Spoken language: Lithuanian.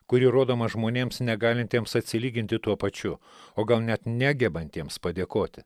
kuri rodoma žmonėms negalintiems atsilyginti tuo pačiu o gal net negebantiems padėkoti